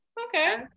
okay